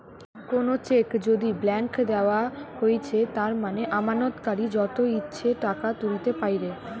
কোনো চেক যদি ব্ল্যাংক দেওয়া হৈছে তার মানে আমানতকারী যত ইচ্ছে টাকা তুলতে পাইরে